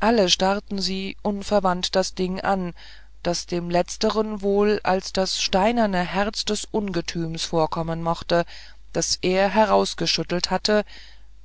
alle starrten sie unverwandt das ding an das dem letzteren wohl als das steinerne herz des ungetüms vorkommen mochte das er herausgeschüttelt hatte